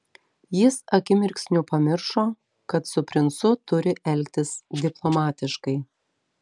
jis akimirksniu pamiršo kad su princu turi elgtis diplomatiškai